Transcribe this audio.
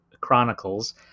Chronicles